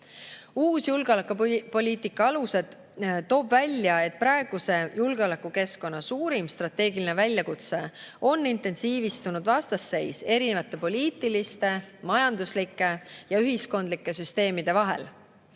Uus julgeolekupoliitika dokument toob välja, et praeguse julgeolekukeskkonna suurim strateegiline väljakutse on intensiivistunud vastasseis erinevate poliitiliste, majanduslike ja ühiskondlike süsteemide vahel.